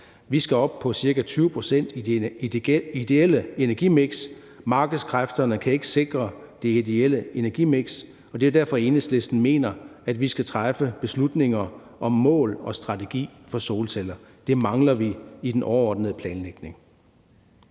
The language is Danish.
Vi skal op på ca. 20 pct. i det ideelle energimiks. Markedskræfterne kan ikke sikre det ideelle energimiks, og det er derfor, Enhedslisten mener, at vi skal træffe beslutninger om mål og strategi for solceller. Det mangler vi i den overordnede planlægning.